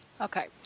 Okay